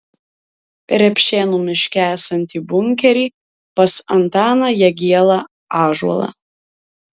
repšėnų miške esantį bunkerį pas antaną jagielą ąžuolą